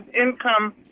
income